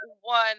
one